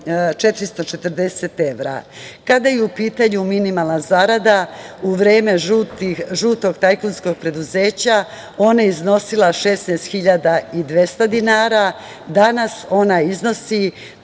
440 evra. Kada je u pitanju minimalna zarada u vreme žutog tajkunskog preduzeća ona je iznosila 16.200 dinara, danas ona iznosi